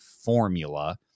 formula